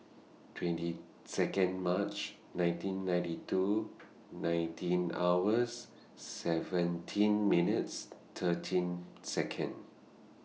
twenty Second March nineteen ninety two nineteen hours seventeen minutes thirteen Second